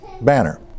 banner